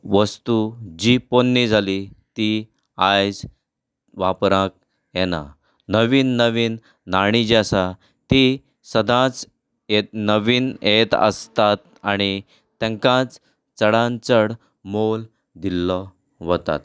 वस्तू जी पोन्नी जाली ती आयज वापराक येना नवीन नवीन नाणीं जीं आसा तीं सदांच नवीन येत आसतात आनी तांकांच चडान चड मोल दिल्लो वता